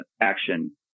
action